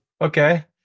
Okay